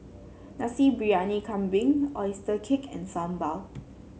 Nasi Briyani Kambing oyster cake and Sambal